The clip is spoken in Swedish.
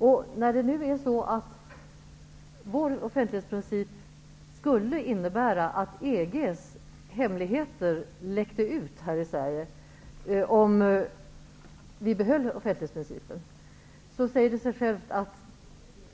Om vår offentlighetsprincip skulle innebära att EG:s hemligheter läckte ut här i Sverige, säger det sig självt att